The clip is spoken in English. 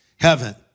heaven